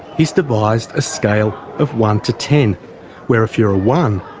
he's devised a scale of one to ten where if you're a one,